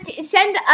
send